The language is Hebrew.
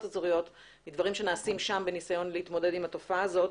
אזוריות מדברים שנעשים שם בניסיון להתמודד עם התופעה הזאת.